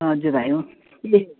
हजुर भाइ अँ ए